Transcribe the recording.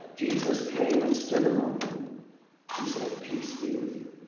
jesus came and stood among them and said, peace be with you